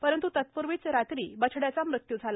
परंत् तत्पूर्वी रात्री बछड्याचा मृत्यू झाला